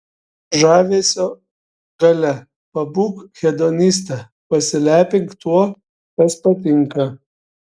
žavesio galia pabūk hedoniste pasilepink tuo kas patinka